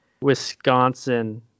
wisconsin